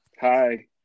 Hi